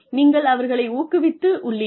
நீங்கள் அவர்களை ஊக்குவித்து உள்ளீர்கள்